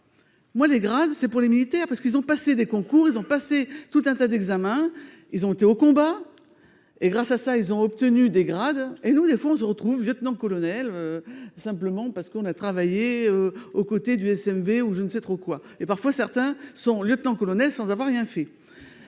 Moi les grades. C'est pour les militaires parce qu'ils ont passé des concours, ils ont passé tout un tas d'examens. Ils ont été au combat. Et grâce à ça, ils ont obtenu des grades et nous des fois on se retrouve lieutenant-colonel. Simplement parce qu'on a travaillé aux côtés du SMV ou je ne sais trop quoi, et parfois certains sont lieutenant colonel sans avoir rien fait.